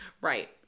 Right